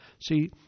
See